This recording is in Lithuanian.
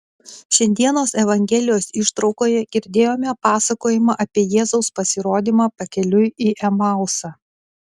šiandienos evangelijos ištraukoje girdėjome pasakojimą apie jėzaus pasirodymą pakeliui į emausą